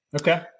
Okay